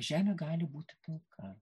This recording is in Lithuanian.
žemė gali būti pilka